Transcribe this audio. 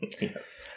Yes